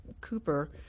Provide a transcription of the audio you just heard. Cooper